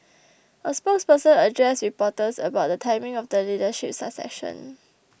a spokesperson addressed reporters about the timing of the leadership succession